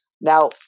Now